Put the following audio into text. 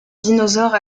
dinosaure